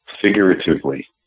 figuratively